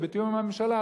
ובתיאום עם הממשלה,